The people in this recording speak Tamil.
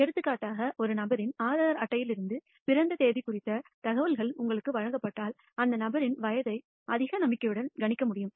எடுத்துக்காட்டாக ஒரு நபரின் ஆதார் அட்டையிலிருந்து பிறந்த தேதி குறித்த தகவல்கள் உங்களுக்கு வழங்கப்பட்டால் அந்த நபரின் வயதை அதிக நம்பிக்கையுடன் கணிக்க முடியும்